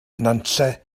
nantlle